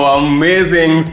amazing